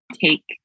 take